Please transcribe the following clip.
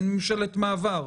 אין ממשלת מעבר,